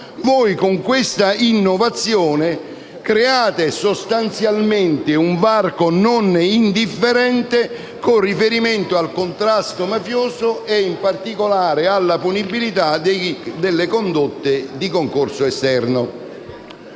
con questa innovazione create sostanzialmente un varco non indifferente con riferimento al contrasto mafioso e, in particolare, alla punibilità delle condotte di concorso esterno.